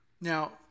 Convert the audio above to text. Now